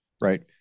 Right